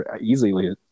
easily